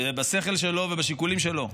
ובשכל שלו ובשיקולים שלו,